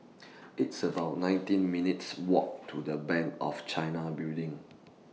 It's about nineteen minutes' Walk to The Bank of China Building